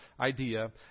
idea